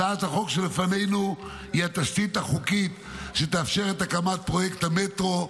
הצעת החוק שלפנינו היא התשתית החוקית שתאפשר את הקמת פרויקט המטרו,